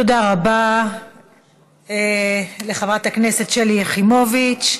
תודה רבה לחברת הכנסת שלי יחימוביץ.